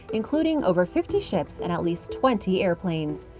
including over fifty ships and at least twenty airplanes.